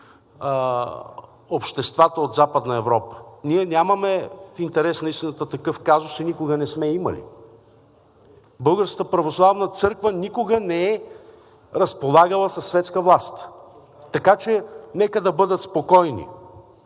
обществата от Западна Европа. В интерес на истината, ние нямаме такъв казус и никога не сме имали. Българската православна църква никога не е разполагала със светска власт, така че нека да бъдат спокойни